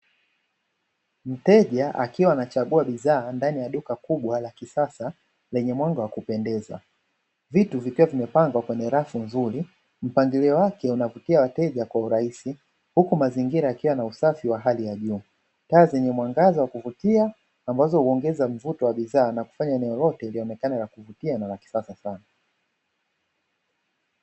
Mteja akiwa anachagua bidhaa ndani ya duka kubwa la kisasa lenye mwanga wa kupendeza, vitu vikiwa vimepangwa kwenye rafu nzuri, mpangilio wake unavutia wateja kwa urahisi huku mazingira yakiwa na usafi wa hali ya juu, taa zenye mwangaza wa kuvutia ambazo huongeza mvuto wa bidhaa na kufanya eneo lote lionekane la kuvutia na kisasa sana.